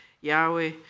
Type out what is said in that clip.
Yahweh